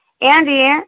Andy